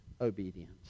obedience